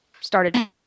started